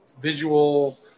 visual